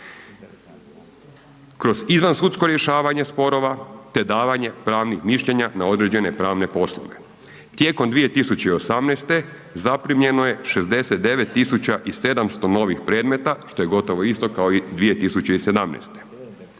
kroz izvansudsko rješavanje sporova te davanje pravnih mišljenja na određene pravne poslove. Tijekom 2018. zaprimljeno je 69.700 novih predmeta što je gotovo isto kao i 2017.